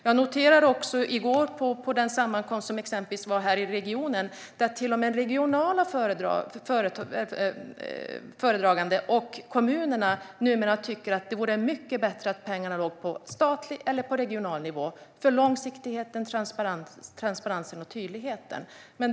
Jag noterade också i går på den sammankomst som var här i regionen att till och med regionala företrädare och kommunerna numera tycker att det vore mycket bättre att pengarna låg på statlig eller på regional nivå för långsiktighetens, transparensens och tydlighetens skull.